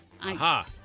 Aha